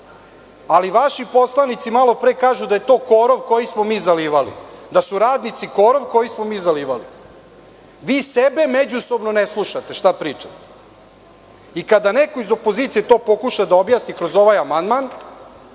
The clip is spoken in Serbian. ali vaši poslanici malo pre kažu da je to korov koji smo mi zalivali, da su radnici korov koji smo mi zalivali. Vi sebe međusobno ne slušate šta pričate. Kada neko iz opozicije to pokuša da objasni kroz ovaj amandman,